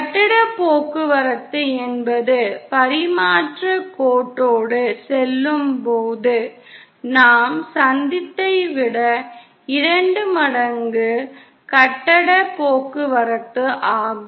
கட்டப் போக்குவரத்து என்பது பரிமாற்றக் கோட்டோடு செல்லும்போது நாம் சந்தித்ததை விட இரண்டு மடங்கு கட்டப் போக்குவரத்து ஆகும்